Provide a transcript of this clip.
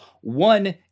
One